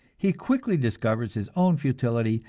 he quickly discovers his own futility,